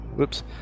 Oops